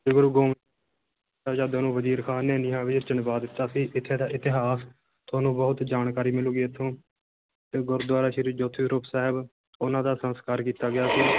ਅਤੇ ਗੁਰੂ ਗੋ ਸਾਹਿਬਜ਼ਾਦਿਆਂ ਨੂੰ ਵਜ਼ੀਰ ਖਾਨ ਨੇ ਨੀਹਾਂ ਵਿੱਚ ਚਿਣਵਾ ਦਿੱਤਾ ਸੀ ਇੱਥੇ ਦਾ ਇਤਿਹਾਸ ਤੁਹਾਨੂੰ ਬਹੁਤ ਜਾਣਕਾਰੀ ਮਿਲੇਗੀ ਇੱਥੋਂ ਅਤੇ ਗੁਰਦੁਆਰਾ ਸ਼੍ਰੀ ਜੋਤੀ ਸਰੂਪ ਸਾਹਿਬ ਉਹਨਾਂ ਦਾ ਸੰਸਕਾਰ ਕੀਤਾ ਗਿਆ ਸੀ